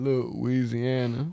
Louisiana